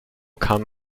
kam